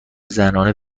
زنانه